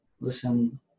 Listen